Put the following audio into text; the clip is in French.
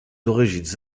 origines